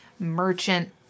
merchant